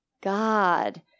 God